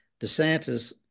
DeSantis